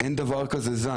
אין דבר כזה זן.